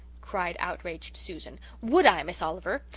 cried outraged susan. would i, miss oliver?